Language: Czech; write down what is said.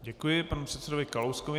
Děkuji panu předsedovi Kalouskovi.